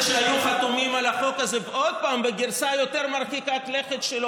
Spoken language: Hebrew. שעתיים אי-אפשר לשרוד בדיון בכנסת.